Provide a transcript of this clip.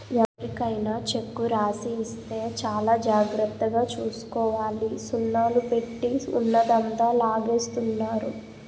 ఎవరికైనా చెక్కు రాసి ఇస్తే చాలా జాగ్రత్తగా చూసుకోవాలి సున్నాలు పెట్టి ఉన్నదంతా లాగేస్తున్నారు